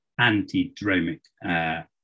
antidromic